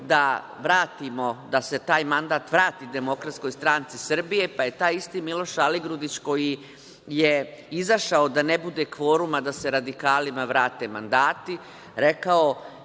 da vratimo, da se taj mandat vrati DSS, pa je taj isti Miloš Aligrudić koji je izašao da ne bude kvoruma, da se radikalima vrate mandati, rekao